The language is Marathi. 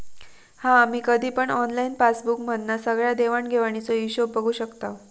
हा आम्ही कधी पण ऑनलाईन पासबुक मधना सगळ्या देवाण घेवाणीचो हिशोब बघू शकताव